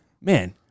man